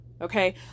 Okay